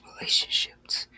relationships